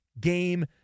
Game